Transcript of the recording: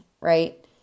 right